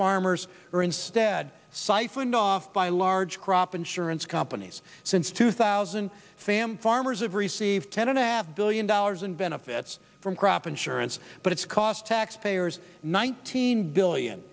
farmers are instead siphoned off by large crop insurance companies since two thousand fam farmers have received ten and a half billion dollars in benefits from crop insurance but it's cost taxpayers nineteen billion